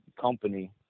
company